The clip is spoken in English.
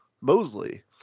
Mosley